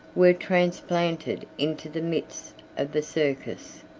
were transplanted into the midst of the circus.